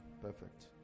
perfect